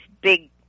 big